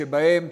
שבהם